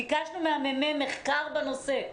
ביקשנו מהממ"מ מחקר בנושא,